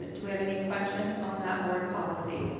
um do we have any questions on that board policy?